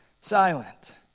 silent